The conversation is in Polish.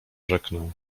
rzeknę